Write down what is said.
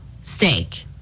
steak